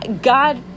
God